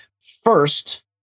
First